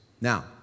Now